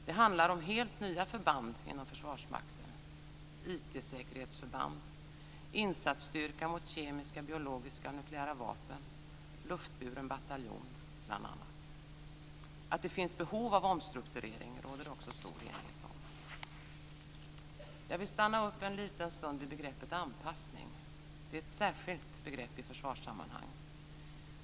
Det handlar om helt nya förband inom Försvarsmakten, bl.a. IT-säkerhetsförband, insatsstyrka mot kemiska, biologiska och nukleära vapen och en luftburen bataljon. Att det finns behov av omstrukturering råder det också stor enighet om. Jag vill stanna upp en liten stund vid begreppet anpassning. Det är ett särskilt begrepp i försvarssammanhang.